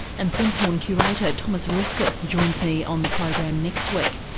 and prinzhorn curator thomas roeske ah joins me on the program next week.